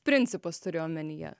principas turiu omenyje